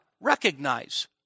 recognize